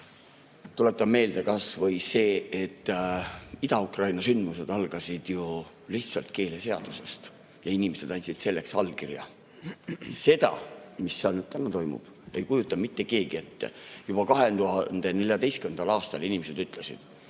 Tuletan meelde kas või seda, et Ida-Ukraina sündmused algasid ju lihtsalt keeleseadusest ja inimesed andsid selleks allkirja. Seda, mis seal täna toimub, ei kujutanud mitte keegi ette. Juba 2014. aastal inimesed ütlesid,